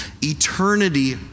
Eternity